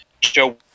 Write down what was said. Joe